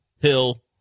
Hill